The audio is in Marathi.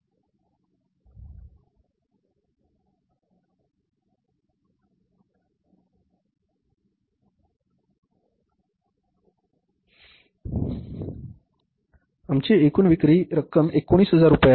आम्हाला ते 1 रुपयांपेक्षा कमी किंमतीत विकावे लागले म्हणजे आमची एकूण विक्री रक्कम 19000 रुपये आहे